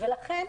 לכן,